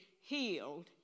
healed